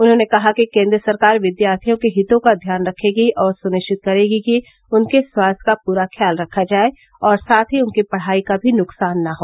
उन्होंने कहा कि केन्द्र सरकार विद्यार्थियों के हितों का ध्यान रखेगी और सुनिश्चित करेगी कि उनके स्वास्थ्य का पूरा ख्याल रखा जाए और साथ ही उनकी पढाई का भी नुकसान न हो